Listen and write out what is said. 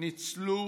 ניצלו